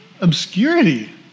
obscurity